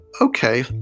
okay